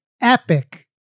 epic